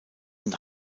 und